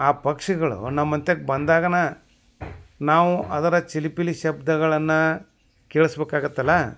ಆ ಪಕ್ಷಿಗಳು ನಮ್ಮಂತ್ಯಕ್ ಬಂದಾಗನ ನಾವು ಅದರ ಚಿಲಿಪಿಲಿ ಶಬ್ದಗಳನ್ನು ಕೇಳ್ಸ್ಬೇಕಾಗತ್ತಲ್ಲ